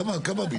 כמה הבניין?